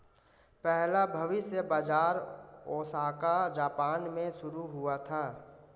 पहला भविष्य बाज़ार ओसाका जापान में शुरू हुआ था